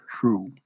True